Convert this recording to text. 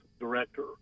director